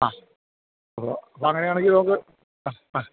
ആ ഉവ്വ് അപ്പം അങ്ങനെയാണെങ്കിൽ നമുക്ക് ആ ആ